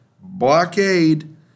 blockade